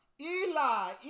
Eli